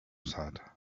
said